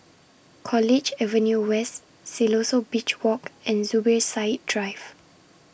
College Avenue West Siloso Beach Walk and Zubir Said Drive